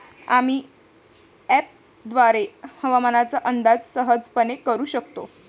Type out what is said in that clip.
आम्ही अँपपद्वारे हवामानाचा अंदाज सहजपणे करू शकतो